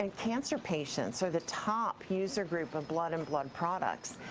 and cancer patients are the top user group of blood and blood products.